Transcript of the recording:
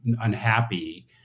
unhappy